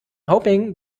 hoping